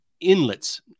inlets